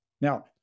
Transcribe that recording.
Now